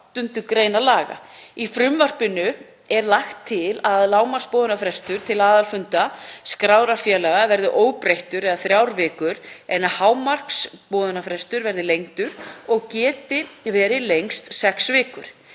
Í frumvarpinu er lagt til að lágmarksboðunarfrestur til aðalfunda skráðra félaga verði óbreyttur eða þrjár vikur, en að hámarksboðunarfrestur verði lengdur og geti verið lengst sex vikur.